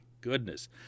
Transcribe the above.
goodness